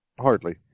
Hardly